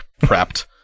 prepped